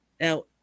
Now